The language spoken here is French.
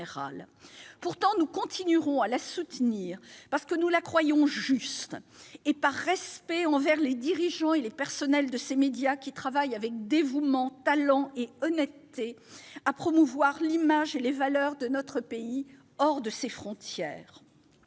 Pourtant, nous continuerons à soutenir cette ambition parce que nous la croyons juste et parce que nous respectons les dirigeants et les personnels de ces médias, qui travaillent avec dévouement, talent et honnêteté, à promouvoir l'image et les valeurs de notre pays hors de ses frontières.